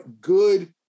good